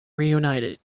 reunited